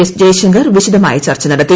S Jaishankar വിശദമായ ചർച്ച നടത്തി